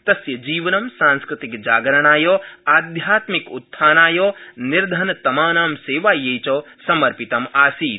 तस्य जीवनं सांस्कृतिकजागरणाय आध्यात्मिकोत्थानाय निर्धनतमाना सद्धावै च समर्पितमासीत्